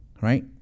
right